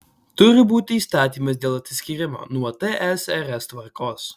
turi būti įstatymas dėl atsiskyrimo nuo tsrs tvarkos